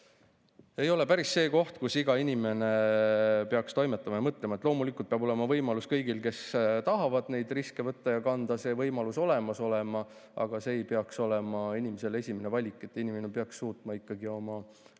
ei ole päris see koht, kus iga inimene peaks toimetama ja [mille peale] mõtlema. Loomulikult peab kõigil, kes tahavad neid riske võtta ja kanda, see võimalus olemas olema, aga see ei peaks olema inimese esimene valik. Inimene peaks suutma ikkagi oma